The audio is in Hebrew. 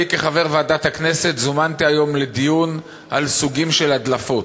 אני כחבר ועדת הכנסת זומנתי היום לדיון על סוגים של הדלפות.